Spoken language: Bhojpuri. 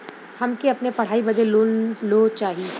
हमके अपने पढ़ाई बदे लोन लो चाही?